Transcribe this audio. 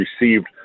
received